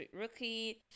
Rookie